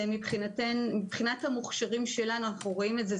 מבחינת המוכשרים שלנו אנחנו רואים את זה,